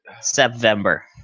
September